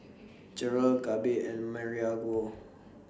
Jerrold Gabe and